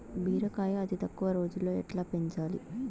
బీరకాయ అతి తక్కువ రోజుల్లో ఎట్లా పెంచాలి?